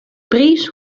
priis